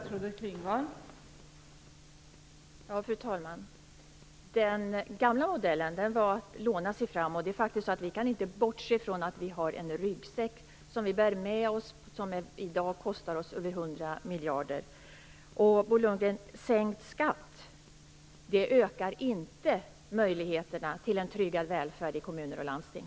Fru talman! Den gamla modellen var att låna sig fram. Vi kan faktiskt inte bortse från att vi bär med oss en ryggsäck som i dag kostar oss 100 miljarder. Sänkt skatt, Bo Lundgren, ökar inte möjligheterna till en tryggad välfärd i kommuner och landsting.